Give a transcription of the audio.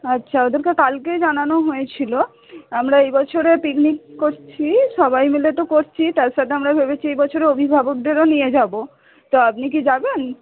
আচ্ছা ওদেরকে কালকেই জানানো হয়েছিল আমরা এই বছরে পিকনিক করছি সবাই মিলে তো করছি তার সাথে আমরা ভেবেছি এই বছরে অভিভাবকদেরও নিয়ে যাব তা আপনি কি যাবেন